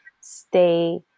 stay